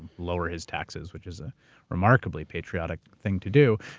lower his taxes, which is a remarkably patriotic thing to do.